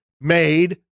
made